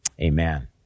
Amen